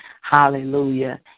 hallelujah